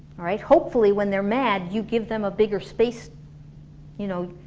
alright? hopefully when they're mad, you give them a bigger space you know,